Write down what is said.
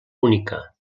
única